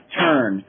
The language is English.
turn